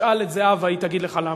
תשאל את זהבה, היא תגיד לך למה.